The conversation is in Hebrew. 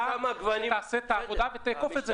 המשטרה צריכה לעשות עבודה ולאכוף את זה,